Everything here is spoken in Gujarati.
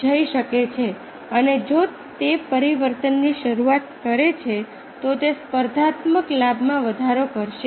અને જો તે પરિવર્તનની શરૂઆત કરે છે તો તે સ્પર્ધાત્મક લાભમાં વધારો કરશે